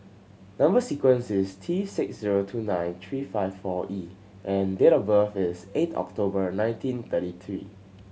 number sequence is T six zero two nine three five four E and date of birth is eighth October nineteen thirty three